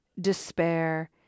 despair